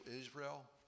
Israel